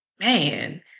man